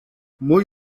mój